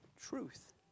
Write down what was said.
Truth